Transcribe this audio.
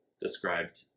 described